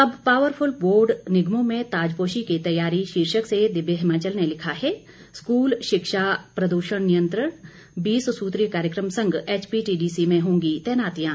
अब powerful board निगमों में ताजपोशी की तैयारी शीर्षक से दिव्य हिमाचल ने लिखा है स्कूल शिक्षा प्रदूषण नियंत्रण बीस सूत्रीय कार्यक्रम संग एचपीटीडीसी में होंगी तैनातियां